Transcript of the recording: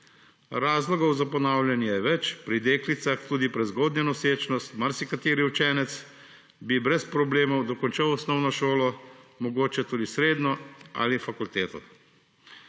Razlogov za ponavljanje je več, pri deklicah tudi prezgodnja nosečnost. Marsikateri učenec bi brez problemov dokončal osnovno šolo, mogoče tudi srednjo ali fakulteto.